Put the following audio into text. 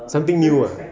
something new ah